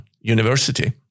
university